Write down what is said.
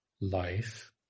life